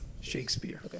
Shakespeare